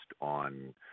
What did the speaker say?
on